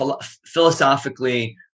philosophically